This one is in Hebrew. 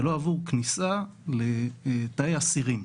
ולא עבור כניסה לתאי אסירים,